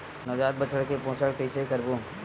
नवजात बछड़ा के पोषण कइसे करबो?